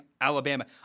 Alabama